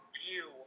view